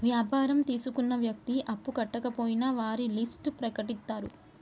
వ్యాపారం తీసుకున్న వ్యక్తి అప్పు కట్టకపోయినా వారి లిస్ట్ ప్రకటిత్తరు